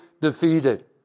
defeated